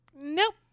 nope